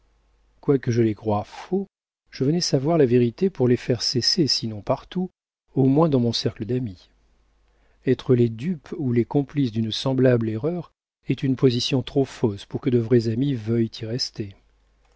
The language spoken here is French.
quoique je les croie faux je venais savoir la vérité pour les faire cesser sinon partout au moins dans mon cercle d'amis être les dupes ou les complices d'une semblable erreur est une position trop fausse pour que de vrais amis veuillent y rester